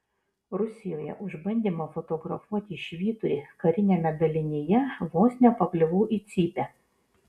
rusijoje už bandymą fotografuoti švyturį kariniame dalinyje vos nepakliuvau į cypę